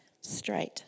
straight